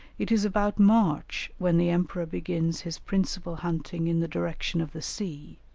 it is about march when the emperor begins his principal hunting in the direction of the sea,